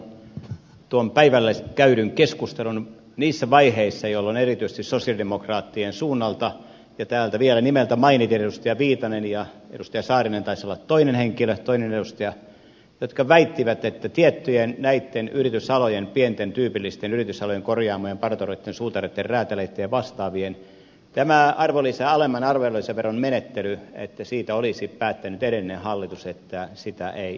pyysin tämän puheenvuoron päivällä käydyn keskustelun niissä vaiheissa jolloin erityisesti sosialidemokraattien suunnalta ja täältä vielä nimeltä mainiten edustaja viitanen ja edustaja saarinen taisi olla toinen edustaja väitettiin että tiettyjen yritysalojen pienten tyypillisten yritysalojen korjaamojen partureitten suutareitten räätäleitten ja vastaavien alemman arvonlisäveron menettelystä olisi päättänyt edellinen hallitus että sitä ei jatketa